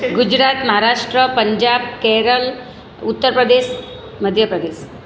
Gujarat Maharashtra Punjab Kerala Uttar Pradesh Madhya Pradesh